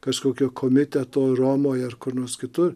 kažkokio komiteto romoje ar kur nors kitur